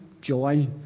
joy